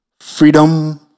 Freedom